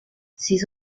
ses